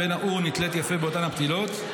יפה באותן הפתילות.